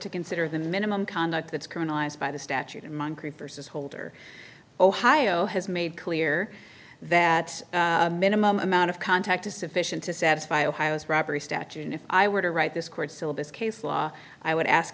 to consider the minimum conduct that's current eyes by the statute in moncrief versus holder ohio has made clear that minimum amount of contact is sufficient to satisfy ohio's robbery statute and if i were to write this court syllabus case law i would ask